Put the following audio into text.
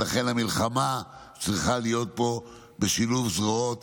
ולכן המלחמה צריכה להיות בשילוב זרועות.